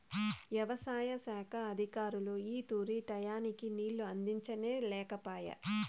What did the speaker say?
యవసాయ శాఖ అధికారులు ఈ తూరి టైయ్యానికి నీళ్ళు అందించనే లేకపాయె